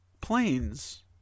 planes